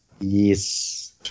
Yes